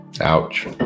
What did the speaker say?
Ouch